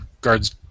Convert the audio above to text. guards